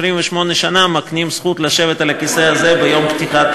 28 שנה מקנות זכות לשבת על הכיסא הזה ביום פתיחת